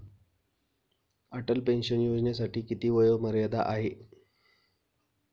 Atal pension योजनेसाठी किती वयोमर्यादा आहे?